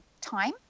time